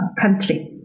country